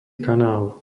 kanál